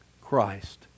Christ